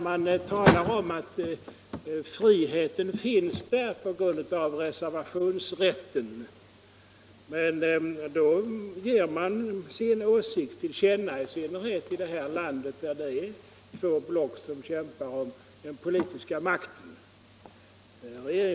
Man talar om att friheten finns kvar på grund av reservationsrätten. Men när man reserverar sig ger man sin åsikt till känna. Det gäller i synnerhet i det här landet, där det är två block som kämpar om den politiska makten.